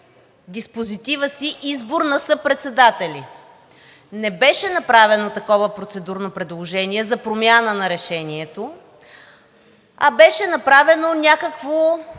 диспозитива си избор на съпредседатели. Не беше направено такова процедурно предложение за промяна на решението, а беше направено някакво